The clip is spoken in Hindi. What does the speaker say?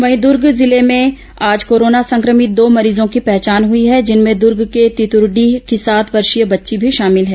वहीं दूर्ग जिले में आज कोरोना संक्रमित दो मरीजों की पहचान हुई है जिनमें दूर्ग के तितूरडीह की सात वर्षीय बच्ची भी शामिल है